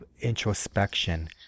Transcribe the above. introspection